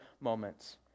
moments